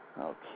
Okay